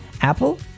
apple